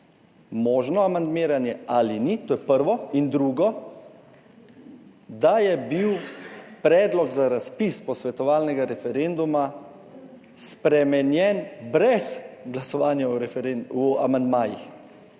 možno amandmiranje ali ni. To je prvo. In drugo, da je bil predlog za razpis posvetovalnega referenduma spremenjen brez glasovanja o amandmajih